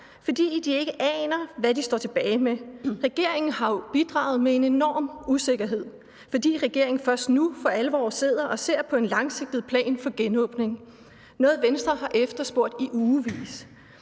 For aner ikke, hvad de står tilbage med. Regeringen har jo bidraget med en enorm usikkerhed, fordi regeringen først nu for alvor sidder og ser på en langsigtet plan for genåbning – noget, Venstre har efterspurgt i ugevis